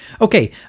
Okay